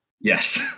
Yes